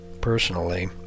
Personally